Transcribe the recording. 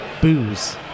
booze